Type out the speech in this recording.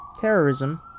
Terrorism